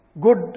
good